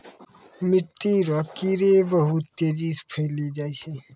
मिट्टी रो कीड़े बहुत तेजी से फैली जाय छै